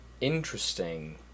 interesting